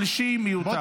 שלישית זה מיותר.